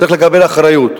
צריך לקבל אחריות.